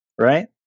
right